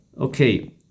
Okay